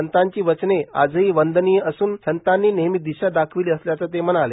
संतांची वचने आजही वंदनीय असून संतांनी नेहमी दिशा दाखविली असल्याचं असं ते म्हणालं